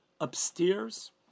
upstairs